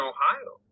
Ohio